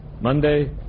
Monday